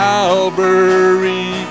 Calvary